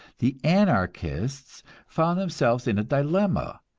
the anarchists found themselves in a dilemma,